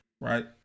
Right